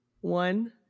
One